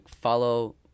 Follow